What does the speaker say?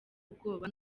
ubwoba